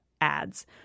ads